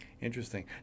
Interesting